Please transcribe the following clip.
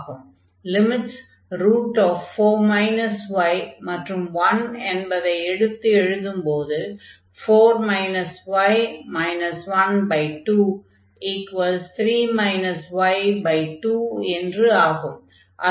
limits 4 y மற்றும் 1 என்பதை எடுத்து எழுதும் போது 4 y 123 y2 என்று ஆகும்